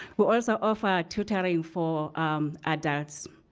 we also offer tutoring for adults.